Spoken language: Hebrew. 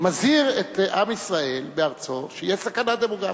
מזהיר את עם ישראל בארצו שיש סכנה דמוגרפית.